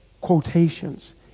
quotations